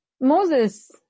Moses